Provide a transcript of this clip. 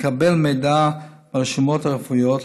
לקבל מידע מהרשומות הרפואיות,